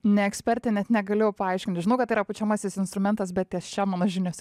ne ekspertė net negalėjau paaiškinti žinau kad tai yra pučiamasis instrumentas bet ties čia mano žinios